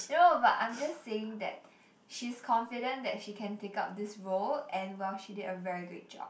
no but I'm just saying that she's confident that she can take up this role and well she did a very good job